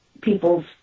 people's